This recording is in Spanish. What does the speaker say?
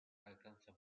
alcanza